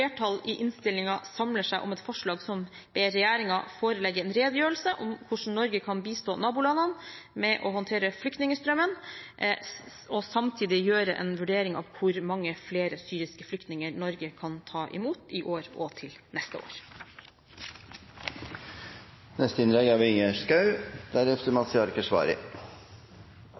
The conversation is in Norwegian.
i innstillingen samler seg om et forslag som hvor man ber regjeringen forelegge en redegjørelse for hvordan Norge kan bistå nabolandene med å håndtere flyktningstrømmen, og samtidig gjøre en vurdering av hvor mange flere syriske flyktninger Norge kan ta imot i år og til neste år.